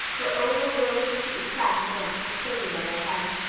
her oval girlish cheek pressed against his curly yellow head.